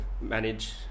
manage